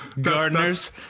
gardeners